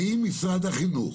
האם משרד החינוך